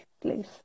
please